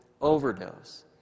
overdose